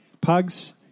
Pugs